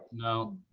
no.